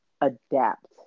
adapt